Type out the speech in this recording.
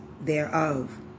thereof